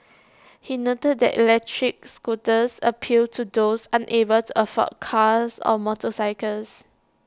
he noted that electric scooters appealed to those unable to afford cars or motorcycles